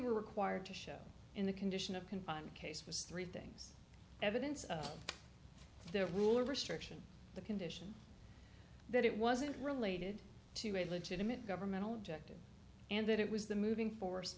were required to show in the condition of confinement case was three things evidence of their rule of restriction the condition that it wasn't related to a legitimate governmental objective and that it was the moving force